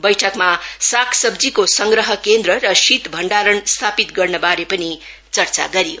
बैठकमा सागसब्जीको संग्रह केन्द्र र शीत भण्डारण स्थापित गर्नबारे पनि चर्चा गरियो